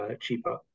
cheaper